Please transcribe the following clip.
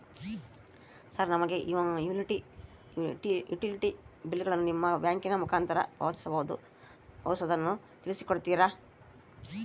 Sir ನಮಗೆ ಈ utility ಬಿಲ್ಲುಗಳನ್ನು ನಿಮ್ಮ ಬ್ಯಾಂಕಿನ ಮುಖಾಂತರ ಪಾವತಿಸುವುದನ್ನು ತಿಳಿಸಿ ಕೊಡ್ತೇರಾ?